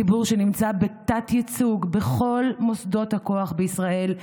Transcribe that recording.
ציבור שנמצא בתת-ייצוג בכל מוסדות הכוח בישראל,